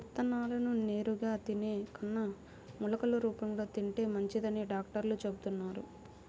విత్తనాలను నేరుగా తినే కన్నా మొలకలు రూపంలో తింటే మంచిదని డాక్టర్లు చెబుతున్నారు